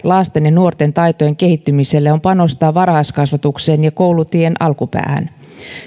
lasten ja nuorten taitojen kehittymiselle on panostaa varhaiskasvatukseen ja koulutien alkupäähän